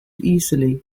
easily